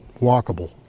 walkable